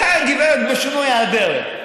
אותה הגברת בשינוי אדרת.